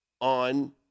on